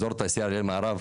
אזור תעשיה אריאל מערב,